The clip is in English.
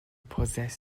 possess